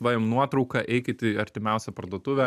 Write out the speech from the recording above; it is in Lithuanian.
va jum nuotrauka eikit į artimiausią parduotuvę